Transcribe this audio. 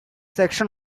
section